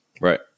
Right